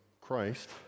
Christ